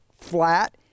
flat